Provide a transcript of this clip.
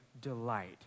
delight